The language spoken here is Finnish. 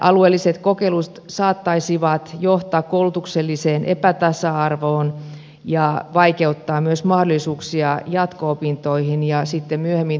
alueelliset kokeilut saattaisivat johtaa koulutukselliseen epätasa arvoon ja vaikeuttaa myös mahdollisuuksia jatko opintoihin ja sitten myöhemmin työmarkkinoille